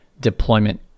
deployment